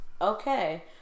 Okay